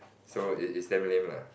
so it's it's damn lame lah